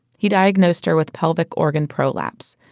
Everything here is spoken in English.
he diagnosed her with pelvic organ prolapse.